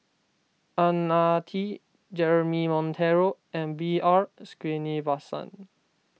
Ang Ah Tee Jeremy Monteiro and B R Sreenivasan